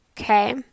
Okay